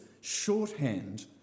shorthand